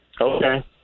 Okay